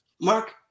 Mark